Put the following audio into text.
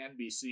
nbc